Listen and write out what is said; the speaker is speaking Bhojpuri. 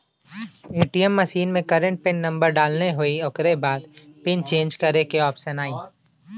ए.टी.एम मशीन में करंट पिन नंबर डालना होई ओकरे बाद पिन चेंज करे क ऑप्शन आई